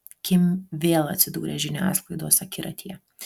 kim vėl atsidūrė žiniasklaidos akiratyje